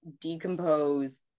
decompose